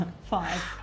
five